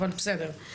אבל בסדר.